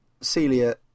Celia